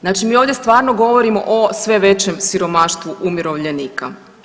Znači mi ovdje stvarno govorimo o sve većem siromaštvu umirovljenika.